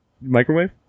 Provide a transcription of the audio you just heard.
Microwave